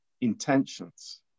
intentions